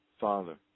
Father